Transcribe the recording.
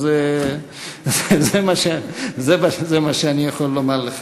אז זה מה שאני יכול לומר לך.